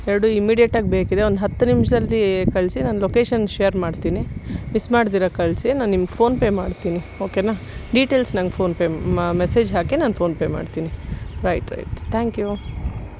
ಎರಡೂ ಇಮಿಡಿಯೆಟ್ಟಾಗಿ ಬೇಕಿದೆ ಒಂದು ಹತ್ತು ನಿಮಿಷದಲ್ಲಿ ಕಳಿಸಿ ನಾನು ಲೊಕೇಷನ್ ಶೇರ್ ಮಾಡ್ತೀನಿ ಮಿಸ್ ಮಾಡ್ದಿರ ಕಳಿಸಿ ನಾನು ನಿಮ್ಗೆ ಫೋನ್ಪೇ ಮಾಡ್ತೀನಿ ಓಕೆ ನಾನು ಡೀಟೇಲ್ಸ್ ನನ್ಗೆ ಫೋನ್ಪೇ ಮಾ ಮೆಸೇಜ್ ಹಾಕಿ ನಾನು ಫೋನ್ಪೇ ಮಾಡ್ತೀನಿ ರೈಟ್ ರೈಟ್ ಥ್ಯಾಂಕ್ ಯೂ